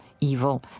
evil